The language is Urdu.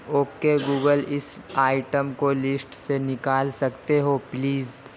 اوکے گوگل اس آئٹم کو لسٹ سے نکال سکتے ہو پلیز